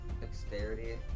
dexterity